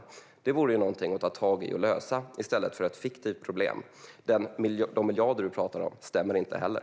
Detta vore någonting att ta tag i och att lösa i stället för ett fiktivt problem. De miljarder som du talar om stämmer inte heller.